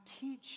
teach